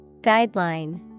Guideline